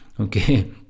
Okay